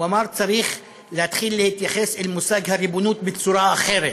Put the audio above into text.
הוא אמר: צריך להתחיל להתייחס אל מושג הריבונות בצורה אחרת,